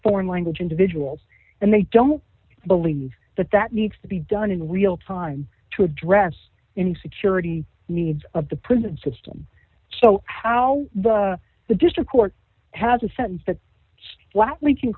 foreign language individuals and they don't believe that that needs to be done in real time to address any security needs of the prison system so how the the district court has a sense